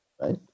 right